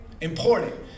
important